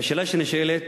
והשאלה שנשאלת היא,